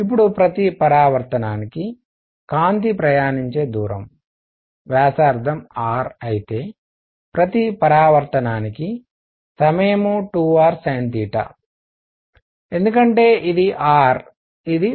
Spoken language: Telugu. ఇప్పుడు ప్రతి పరావర్తనానికి కాంతి ప్రయాణించే దూరం వ్యాసార్థం r అయితే ప్రతి పరావర్తనానికి సమయం 2rsin ఎందుకంటే ఇది r ఇది